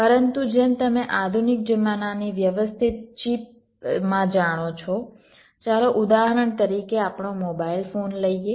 પરંતુ જેમ તમે આધુનિક જમાનાની વ્યવસ્થિત ચિપમાં જાણો છો ચાલો ઉદાહરણ તરીકે આપણો મોબાઈલ ફોન લઈએ